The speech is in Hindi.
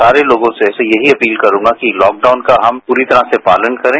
सारे लोगों से यही अपील करूंगा कि तॉकडाउन का हम पूरी तरह से पालन करें